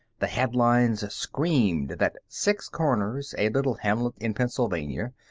the headlines screamed that six corners, a little hamlet in pennsylvania,